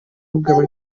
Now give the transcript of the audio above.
kugaba